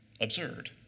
absurd